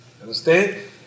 understand